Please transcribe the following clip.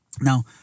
Now